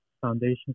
foundation